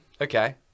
Okay